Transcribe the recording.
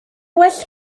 well